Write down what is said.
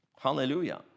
hallelujah